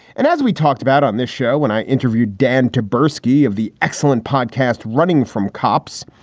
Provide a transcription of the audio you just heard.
and as we talked about on this show, when i interviewed dan to bertke of the excellent podcast running from cops,